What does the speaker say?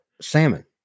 salmon